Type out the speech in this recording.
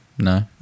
No